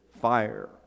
fire